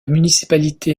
municipalité